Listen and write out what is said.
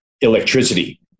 electricity